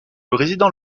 résident